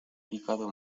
picado